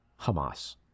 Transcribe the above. Hamas